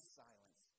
silence